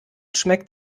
schmeckt